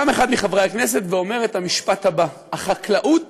קם אחד מחברי הכנסת ואומר את המשפט הבא: החקלאות